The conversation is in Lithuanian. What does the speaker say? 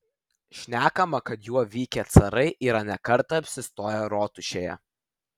šnekama kad juo vykę carai yra ne kartą apsistoję rotušėje